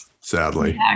sadly